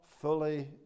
fully